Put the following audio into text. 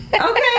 Okay